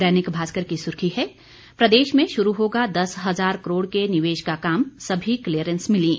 दैनिक भास्कर की सुर्खी है प्रदेश में शुरू होगा दस हज़ार करोड़ के निवेश का काम सभी क्लीयरेंस मिलीं